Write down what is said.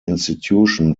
institution